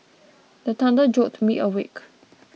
the thunder jolt me awake